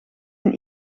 een